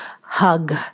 hug